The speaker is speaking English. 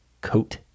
Coat